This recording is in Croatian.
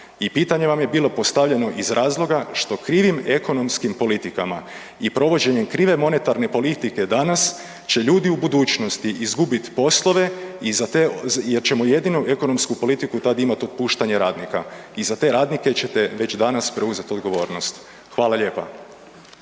I pitanje vam je bilo postavljeno iz razloga što krivim ekonomskim politikama i provođenjem krive monetarne politike danas će ljudi u budućnosti izgubiti poslove jer ćemo jedinu ekonomsku politiku tada imati otpuštanje radnika i za te radnike ćete već danas preuzeti odgovornost. Hvala lijepa.